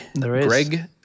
Greg